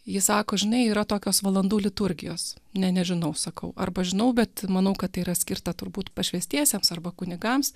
ji sako žinai yra tokios valandų liturgijos ne nežinau sakau arba žinau bet manau kad tai yra skirta turbūt pašvęstiesiems arba kunigams